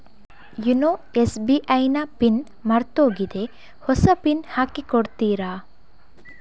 YONO SBI ನ PIN ಮರ್ತೋಗಿದೆ ಹೊಸ ಪಿನ್ ಹಾಕಿ ಕೊಡ್ತೀರಾ?